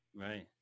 right